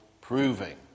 proving